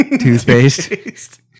Toothpaste